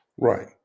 Right